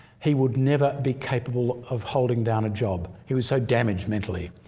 he would never be capable of holding down a job he was so damaged mentally.